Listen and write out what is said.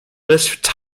lists